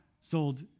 sold